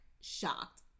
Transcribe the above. shocked